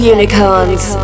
Unicorns